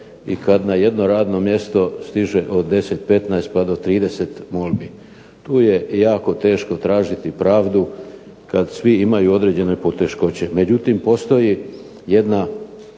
i kad na jedno radno mjesto stiže od deset, petnaest pa do trideset molbi. Tu je jako teško tražiti pravdu kad svi imaju određene poteškoće. Međutim, postoji jedna